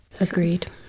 Agreed